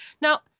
now